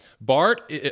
bart